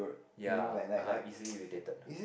yea (uh huh) easily irritated